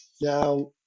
now